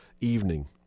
evening